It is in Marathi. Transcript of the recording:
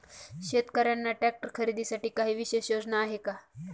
शेतकऱ्यांना ट्रॅक्टर खरीदीसाठी काही विशेष योजना आहे का?